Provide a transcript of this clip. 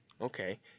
Okay